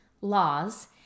laws